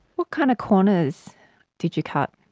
what kind of corners did you cut?